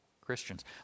Christians